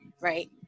Right